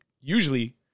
usually